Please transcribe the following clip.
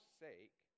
sake